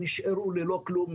נשארו ללא כלום,